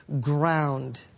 ground